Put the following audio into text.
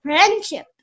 Friendship